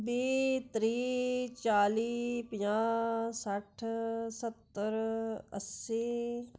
बीह् त्रीह् चाली पंजाह् सट्ठ सत्तर अस्सी